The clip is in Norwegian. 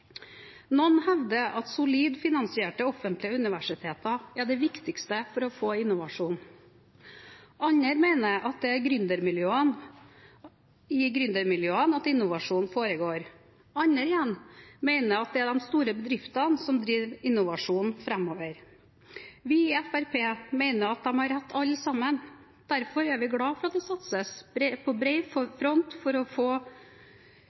Noen hevder at solid finansierte offentlige universiteter er det viktigste for å få innovasjon. Andre mener at det er i gründermiljøene at innovasjonen foregår. Andre igjen mener at det er de store bedriftene som driver innovasjonen framover. Vi i Fremskrittspartiet mener at de har rett alle sammen. Derfor er vi glad for at det satses på bred front for å